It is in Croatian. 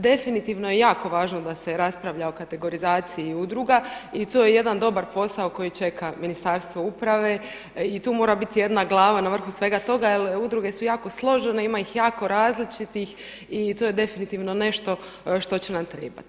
Definitivno je jako važno da se raspravlja o kategorizaciji udruga i to je jedan dobar posao koji čeka Ministarstvo uprave i tu mora biti jedna glava na vrhu svega toga, jer udruge su jako složene i ima ih jako različitih i to je definitivno nešto što će nam trebati.